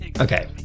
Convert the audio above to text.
Okay